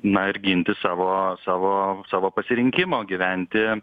na ir ginti savo savo savo pasirinkimo gyventi